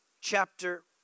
chapter